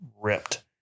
ripped